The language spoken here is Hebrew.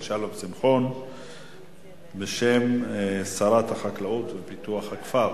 שלום שמחון בשם שרת החקלאות ופיתוח הכפר.